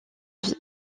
vie